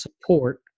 support